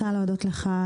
על הדיון הזה,